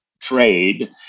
trade